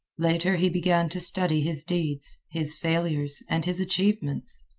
later he began to study his deeds, his failures, and his achievements.